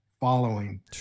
following